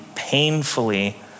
painfully